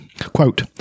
quote